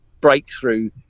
breakthrough